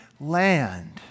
land